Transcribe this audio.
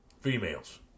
Females